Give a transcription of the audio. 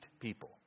people